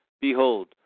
Behold